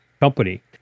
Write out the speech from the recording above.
company